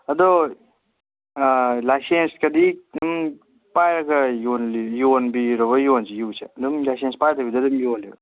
ꯑꯗꯣ ꯂꯥꯏꯁꯦꯟꯁꯀꯗꯤ ꯑꯗꯨꯝ ꯄꯥꯏꯔꯒ ꯌꯣꯟꯕꯤꯔꯕꯣ ꯌꯨꯁꯦ ꯑꯗꯨꯝ ꯂꯥꯁꯦꯟꯁ ꯄꯥꯏꯗꯕꯤꯗ ꯌꯣꯜꯂꯤꯔꯣ